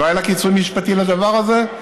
לא היה לה כיסוי משפטי לדבר הזה.